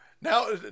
Now